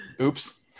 Oops